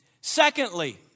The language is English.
Secondly